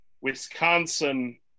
Wisconsin